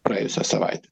praėjusią savaitę